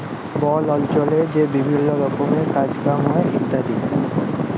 বল অল্চলে যে বিভিল্ল্য রকমের কাজ কম হ্যয় ইত্যাদি